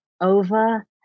over